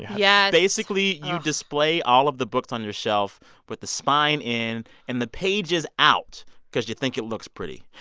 yeah basically, you display all of the books on your shelf with the spine in and the pages out because you think it looks pretty.